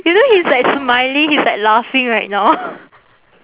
you know he's like smiling he's like laughing right now